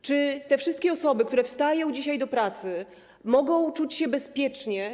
Czy te wszystkie osoby, które wstają dzisiaj do pracy, mogą czuć się bezpiecznie?